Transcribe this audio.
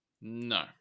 No